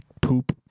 poop